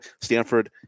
Stanford